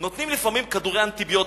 נותנים לפעמים כדורי אנטיביוטיקה,